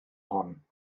hon